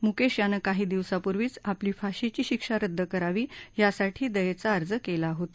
मुकेश यानं काही दिवसांपूर्वीच आपली फाशीची शिक्षा रद्द करावी यासाठी दयेचा अर्ज केला केला होता